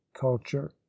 culture